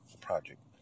project